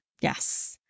yes